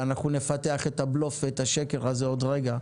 ואנחנו נפתח את הבלוף ואת השקר הזה עוד רגע.